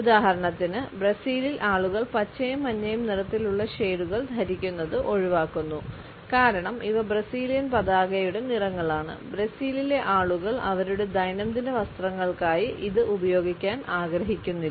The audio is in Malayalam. ഉദാഹരണത്തിന് ബ്രസീലിൽ ആളുകൾ പച്ചയും മഞ്ഞയും നിറത്തിലുള്ള ഷേഡുകൾ ധരിക്കുന്നത് ഒഴിവാക്കുന്നു കാരണം ഇവ ബ്രസീലിയൻ പതാകയുടെ നിറങ്ങളാണ് ബ്രസീലിലെ ആളുകൾ അവരുടെ ദൈനംദിന വസ്ത്രങ്ങൾക്കായി ഇത് ഉപയോഗിക്കാൻ ആഗ്രഹിക്കുന്നില്ല